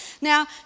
Now